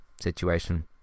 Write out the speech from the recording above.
situation